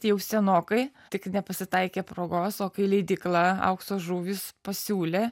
jau senokai tik nepasitaikė progos o kai leidykla aukso žuvys pasiūlė